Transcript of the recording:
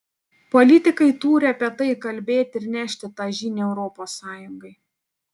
politikai turi apie tai kalbėti ir nešti tą žinią europos sąjungai